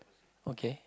okay